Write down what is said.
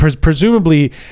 Presumably